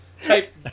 type